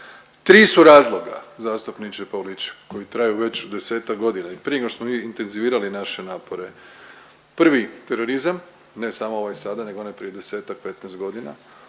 Tri su razloga zastupniče Pavliček koji traju već desetak godina. I prije nego što smo mi intenzivirali naše napore. Prvi terorizam, ne samo ovaj sada nego onaj prije desetak, petnaest godina.